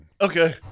Okay